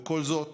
וכל זאת